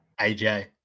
AJ